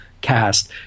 cast